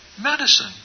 medicine